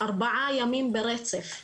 ארבעה ימים ברצף.